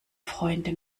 freunde